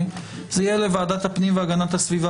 זה יהיה לוועדת הפנים והגנת הסביבה,